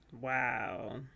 Wow